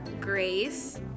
Grace